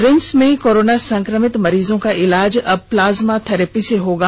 RIMS में corona संक्रमित मरीजों का इलाज अब प्लाज्मा थेरेपी से होगा